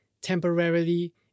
temporarily